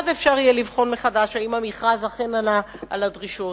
אז יהיה אפשר לבחון מחדש אם המכרז אכן ענה על הדרישות,